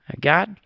God